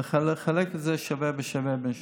היא לחלק את זה שווה בשווה בין שניהם.